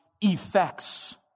effects